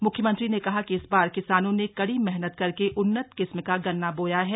मुख्यमंत्री ने कहा कि इस बार किसानों ने कड़ी मेहनत करके उन्नत किस्म का गन्ना बोया है